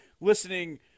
listening